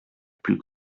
plus